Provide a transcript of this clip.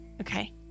okay